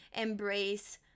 embrace